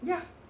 ya